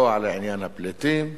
לא על עניין הפליטים,